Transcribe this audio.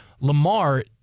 Lamar